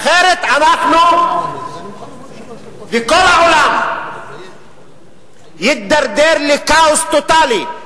אחרת אנחנו וכל העולם יידרדר לכאוס טוטלי.